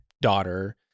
daughter